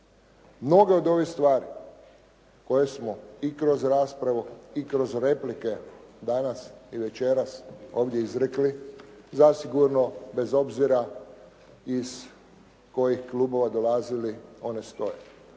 Mnoge od ovih stvari koje smo i kroz raspravu i kroz replike danas i večeras ovdje izrekli zasigurno bez obzira iz kojih klubova dolazili one stoje.